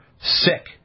sick